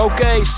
Okay